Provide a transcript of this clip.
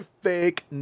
Fake